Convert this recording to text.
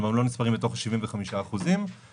כלומר הם לא נספרים בתוך ה-75% ויש